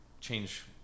change